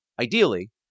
ideally